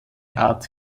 art